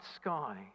sky